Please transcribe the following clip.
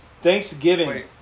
Thanksgiving